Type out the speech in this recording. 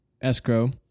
escrow